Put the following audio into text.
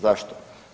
Zašto?